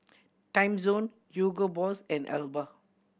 Timezone Hugo Boss and Alba